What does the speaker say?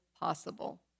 possible